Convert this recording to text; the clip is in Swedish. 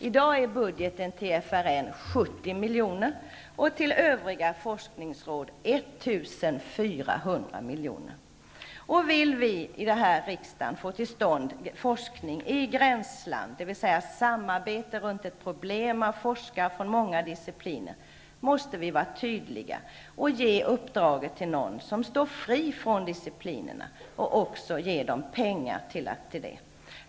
I dag är budgeten till FRN 70 Vill vi i denna riksdag få till stånd forskning i gränslandet, dvs. samarbete kring ett problem mellan forskare från många discipliner, måste vi vara tydliga och ge uppdraget till någon som står fri från disciplinerna samt ge pengar till detta.